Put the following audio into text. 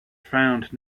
found